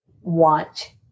want